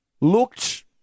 Looked